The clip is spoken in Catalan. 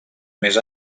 més